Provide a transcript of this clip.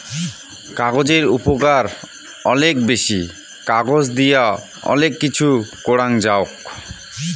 কাগজের উপকার অলেক বেশি, কাগজ দিয়া অলেক কিছু করাং যাওক